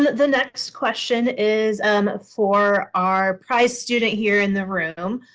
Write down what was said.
the next question is and for our prized student here in the room.